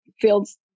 feels